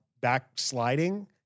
backsliding